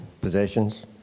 possessions